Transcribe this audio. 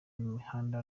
imihanda